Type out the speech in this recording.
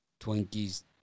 Twinkies